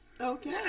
Okay